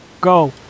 Go